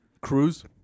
cruise